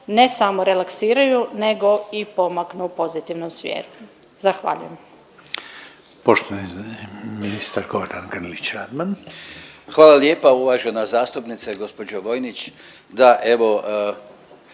ne samo relaksiraju, nego i pomaknu u pozitivnom smjeru. Zahvaljujem.